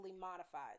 modified